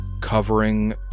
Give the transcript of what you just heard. covering